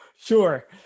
Sure